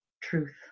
truth